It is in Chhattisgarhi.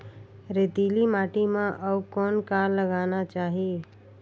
रेतीली माटी म अउ कौन का लगाना चाही?